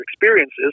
experiences